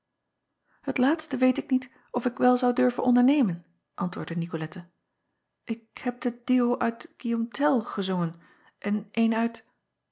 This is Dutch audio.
et laatste weet ik niet of ik wel zou durven ondernemen antwoordde icolette ik heb den duo uit uillaume ell gezongen en een uit